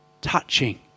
touching